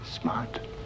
Smart